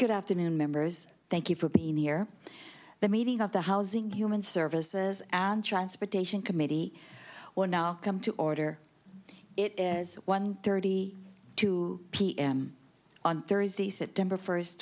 good afternoon members thank you for being near the meeting of the housing human services and transportation committee we're now come to order it as one thirty two p m on thursday september first